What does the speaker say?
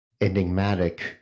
Enigmatic